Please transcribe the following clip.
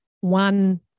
one